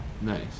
Nice